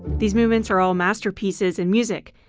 these movements are all masterpieces in music,